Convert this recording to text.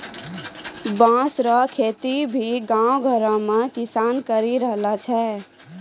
बाँस रो खेती भी गाँव घर मे किसान करि रहलो छै